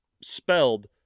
spelled